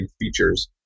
features